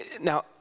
now